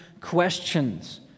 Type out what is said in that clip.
questions